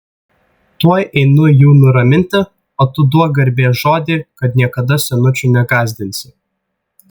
tuoj einu jų nuraminti o tu duok garbės žodį kad niekada senučių negąsdinsi